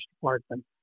department